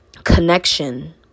connection